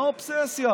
מה האובססיה?